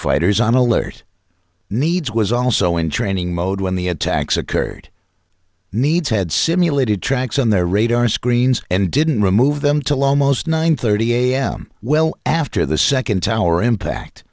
fighters on alert needs was also in training mode when the attacks occurred needs had simulated tracks on their radar screens and didn't remove them to law most nine thirty a m well after the second tower impact